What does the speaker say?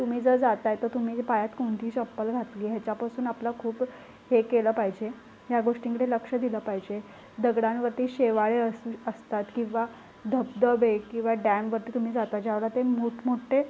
तुम्ही जर जात आहे तर तुम्ही पायात कोणती चप्पल घातली आहे ह्याच्यापासून आपलं खूप हे केलं पाहिजे ह्या गोष्टींकडे लक्ष दिलं पाहिजे दगडांवरती शेवाळे अस असतात किंवा धबधबे किंवा डॅमवरती तुम्ही जाता ज्या वेळेला ते मोठमोठे